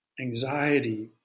anxiety